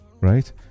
right